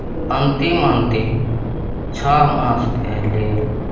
अन्तिम अन्तिम छहो मासके लेल